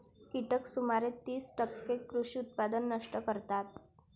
कीटक सुमारे तीस टक्के कृषी उत्पादन नष्ट करतात